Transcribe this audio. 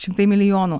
šimtai milijonų